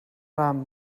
ram